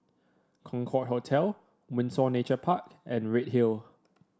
Concorde Hotel Windsor Nature Park and Redhill